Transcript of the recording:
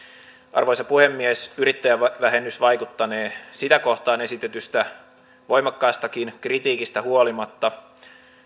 arvoisa puhemies yrittäjävähennys vaikuttanee sitä kohtaan esitetystä voimakkaastakin kritiikistä huolimatta